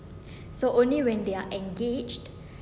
so only when they are engaged